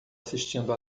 assistindo